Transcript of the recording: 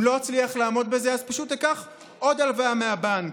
אם לא אצליח לעמוד בזה אז פשוט אקח עוד הלוואה מהבנק.